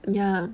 ya